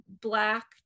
black